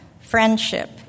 friendship